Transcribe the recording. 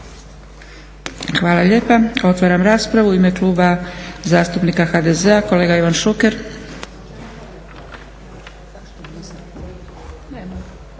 Hvala lijepa. Otvaram raspravu. U ime Kluba zastupnika HDZ-a kolega Ivan Šuker.